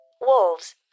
Wolves